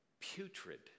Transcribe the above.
putrid